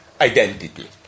identity